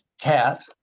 cat